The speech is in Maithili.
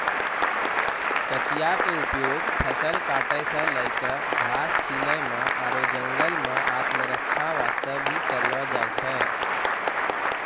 कचिया के उपयोग फसल काटै सॅ लैक घास छीलै म आरो जंगल मॅ आत्मरक्षा वास्तॅ भी करलो जाय छै